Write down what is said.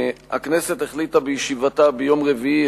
הכנסת החליטה בישיבתה ביום רביעי,